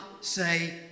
say